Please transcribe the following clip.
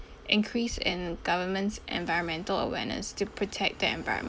increase in government's environmental awareness to protect the environment